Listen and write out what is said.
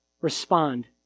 respond